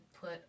put